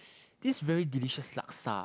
this very delicious laksa